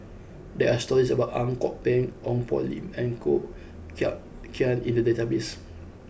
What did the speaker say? there are stories about Ang Kok Peng Ong Poh Lim and Koh Eng Kian in the database